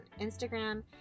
Instagram